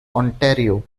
ontario